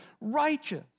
righteous